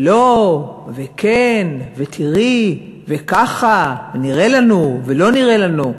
לא וכן, ותראי, וככה, ונראה לנו, ולא נראה לנו.